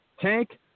Tank